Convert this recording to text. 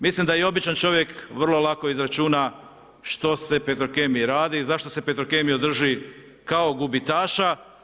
Mislim da i običan čovjek vrlo lako izračuna, što se u petrokemiji radi i zašto se petrokemiju drži kao gubitaša.